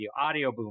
Audioboom